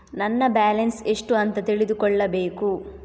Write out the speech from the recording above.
ನನ್ನ ಬ್ಯಾಲೆನ್ಸ್ ಎಷ್ಟು ಅಂತ ತಿಳಿದುಕೊಳ್ಳಬೇಕು?